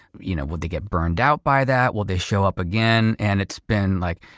you know would they get burned out by that? will they show up again? and it's been like,